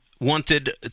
wanted